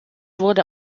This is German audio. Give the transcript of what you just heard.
wurde